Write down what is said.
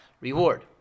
reward